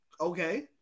okay